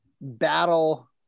battle